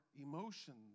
emotions